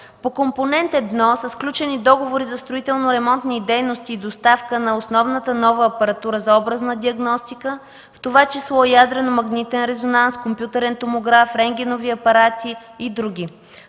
По Компонент едно са сключени договори за строително-ремонтни дейности и доставка на основната нова апаратура за образна диагностика, в това число ядрено-магнитен резонанс, компютърен томограф, рентгенови апарати и други.